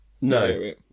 No